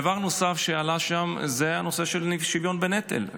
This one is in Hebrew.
דבר נוסף שעלה שם הוא הנושא של שוויון בנטל.